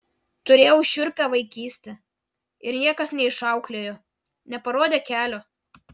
turėjau šiurpią vaikyste ir niekas neišauklėjo neparodė kelio